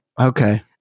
Okay